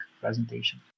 presentation